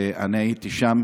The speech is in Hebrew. ואני הייתי שם,